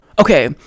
okay